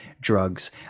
drugs